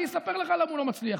אני אספר לך למה הוא לא מצליח,